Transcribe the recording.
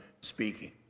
speaking